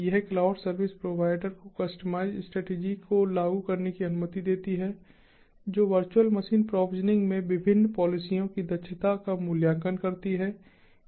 यह cloud service provider को customised strategy को लागू करने की अनुमति देती है जो वर्चुअल मशीन प्रोविजनिंग में विभिन्न पॉलिसियों की दक्षता का मूल्यांकन करती है